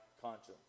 conscience